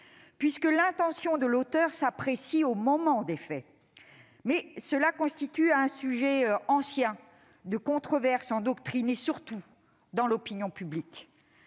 puisque l'intention de l'auteur s'apprécie au moment des faits. Mais il s'agit là d'un vieux sujet de controverses en doctrine et, surtout, dans l'opinion publique.